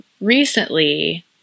recently